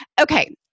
Okay